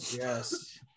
yes